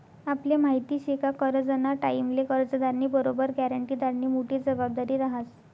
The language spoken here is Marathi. आपले माहिती शे का करजंना टाईमले कर्जदारनी बरोबर ग्यारंटीदारनी मोठी जबाबदारी रहास